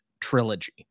trilogy